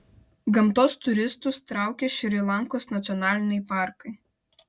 gamtos turistus traukia šri lankos nacionaliniai parkai